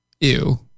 Ew